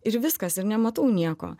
ir viskas ir nematau nieko